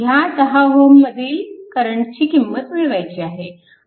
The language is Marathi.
ह्या 10 Ω मधील करंटची किंमत मिळवायची आहे